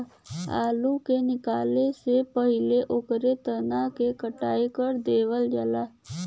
आलू के निकाले से पहिले ओकरे तना क कटाई कर देवल जाला